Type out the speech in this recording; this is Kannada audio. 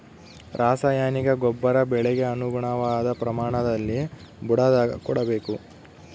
ರಾಸಾಯನಿಕ ಗೊಬ್ಬರ ಬೆಳೆಗೆ ಅನುಗುಣವಾದ ಪ್ರಮಾಣದಲ್ಲಿ ಬುಡದಾಗ ಕೊಡಬೇಕು